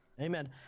Amen